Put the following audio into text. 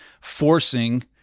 forcing